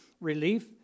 relief